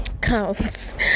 counts